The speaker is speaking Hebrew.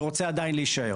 ורוצה עדיין להישאר.